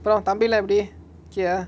அப்ரோ தம்பிலா எப்டி:apro thambila epdi okay ah